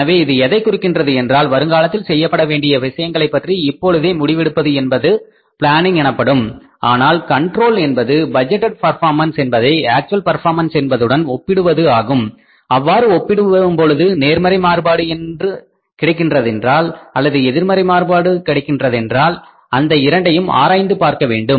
எனவே இது எதைக் குறிக்கின்றது என்றால் வருங்காலத்தில் செய்யப்படவேண்டிய விஷயங்களைப் பற்றி இப்பொழுதே முடிவெடுப்பது என்பது பிளானிங் எனப்படும் ஆனால் கண்ட்ரோல் என்பது பட்ஜெட்டேட் பர்பார்மன்ஸ் என்பதை ஆக்ச்வல் பர்பார்மன்ஸ் என்பதுடன் ஒப்பிடுவது ஆகும் அவ்வாறு ஒப்பிடும்பொழுது நேர்மறை மாறுபாடு என்பது கிடைக்கின்றதென்றால் அல்லது எதிர்மறை மாறுபாடு கிடைக்கின்றதென்றால் அந்த இரண்டையும் ஆராய்ந்து பார்க்க வேண்டும்